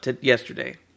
yesterday